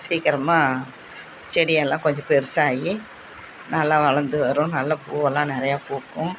சீக்கிரமாக செடி எல்லாம் கொஞ்சம் பெருசாகி நல்லா வளர்ந்து வரும் நல்லா பூவெல்லாம் நிறையா பூக்கும்